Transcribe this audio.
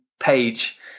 page